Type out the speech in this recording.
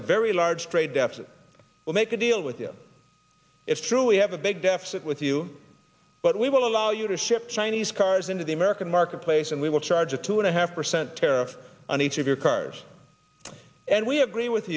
a very large trade deficit we'll make a deal with you it's true we have a big deficit with you but we will allow you to ship chinese cars into the american marketplace and we will charge a two and a half percent tariff on each of your cars and we agree with